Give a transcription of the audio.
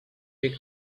big